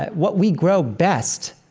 what we grow best,